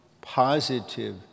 positive